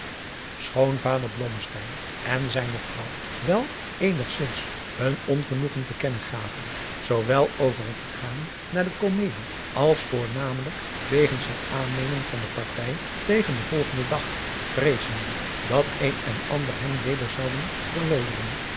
schoon vader blommesteym en zijne vrouw wel eenigzins hun ongenoegen te kennen gaven zoowel over het gaan naar de komedie als voornamelijk wegens het aannemen van de partij tegen den volgenden dag vreezende dat een en ander hem weder zouden